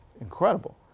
incredible